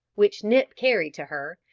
which nip carried to her,